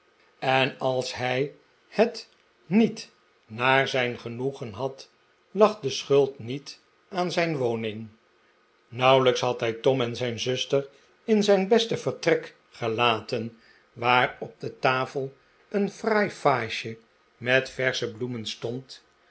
en als hij het niet naar zijn genoegen had lag de schuld niet aan zijn woning nauwelijks had hij tom en zijn zuster in zijn beste vertrek gelaten waar op de tafel een fraai vaasje met versche bloemen stond